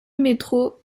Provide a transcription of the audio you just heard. métro